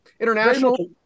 international